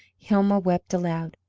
hilma wept aloud.